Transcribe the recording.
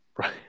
right